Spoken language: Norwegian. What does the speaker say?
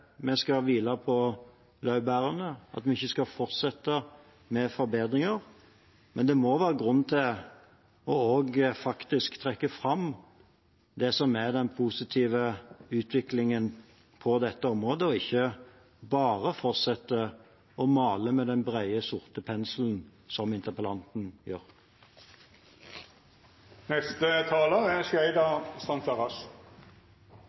vi skal hvile på laurbærene, at vi ikke skal fortsette med forbedringer, men det må være grunn til å trekke fram også det som faktisk er den positive utviklingen på dette området, og ikke bare fortsette å male med den brede, sorte penselen, som interpellanten